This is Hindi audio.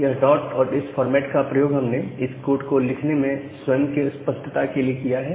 यह डॉट और इस फॉर्मेट का प्रयोग हमने इस कोड को लिखने में स्वयं के स्पष्टता के लिए किया है